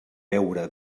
beure